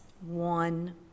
one